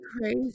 crazy